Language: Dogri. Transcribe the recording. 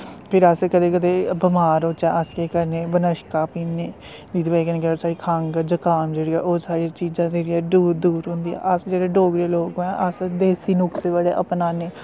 फिर अस कदें कदें बमार होच्चै अस केह् करने बनशकां पीन्ने एह्दी बजह् कन्नै साढ़ी खंघ जुखाम जेह्ड़ी ऐ ओह् सारियां चीजां जेह्ड़ियां दूर होंदियां अस जेह्ड़े डोगरे लोग आं अस देस्सी नुखसे बड़े अपनाने